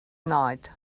night